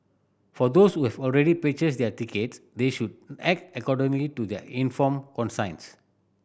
for those who have already purchased their tickets they should act accordingly to their informed conscience